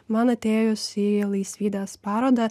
man atėjus į laisvydės parodą